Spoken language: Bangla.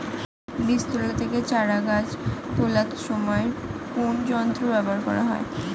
বীজ তোলা থেকে চারা তোলার সময় কোন যন্ত্র ব্যবহার করা হয়?